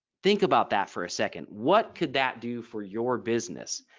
think about that for a second. what could that do for your business.